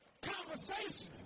conversation